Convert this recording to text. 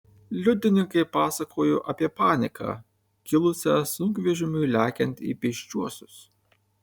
liudininkai pasakojo apie paniką kilusią sunkvežimiui lekiant į pėsčiuosius